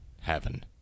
heaven